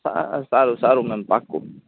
હા હા હા સારું સારું મેમ પાકું